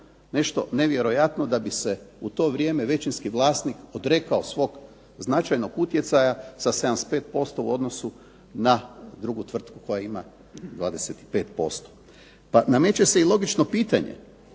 Nešto nevjerojatno da bi se u to vrijeme većinski vlasnik odrekao svog značajnog utjecaja sa 75% u odnosu na drugu tvrtku koja ima 25%. Pa nameće se i logično pitanje